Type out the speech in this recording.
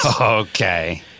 Okay